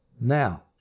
Now